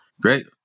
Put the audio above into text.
Great